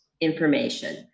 information